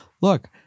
Look